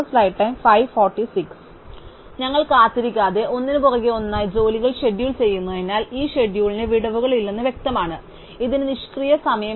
അതിനാൽ ഞങ്ങൾ കാത്തിരിക്കാതെ ഒന്നിനുപുറകെ ഒന്നായി ജോലികൾ ഷെഡ്യൂൾ ചെയ്യുന്നതിനാൽ ഈ ഷെഡ്യൂളിന് വിടവുകളില്ലെന്ന് വ്യക്തമാണ് ഇതിന് നിഷ്ക്രിയ സമയമില്ല